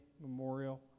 memorial